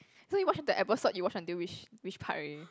so you watch the episode you watch until which which part already